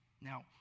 Now